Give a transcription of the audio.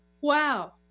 Wow